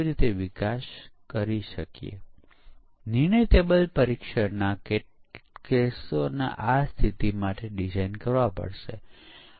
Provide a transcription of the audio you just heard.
દરેક ડિલિવરીબલ પરીક્ષણ યોગ્ય બનાવવામાં આવે છે તે સાહજિક અને ઉપયોગમાં સરળ છે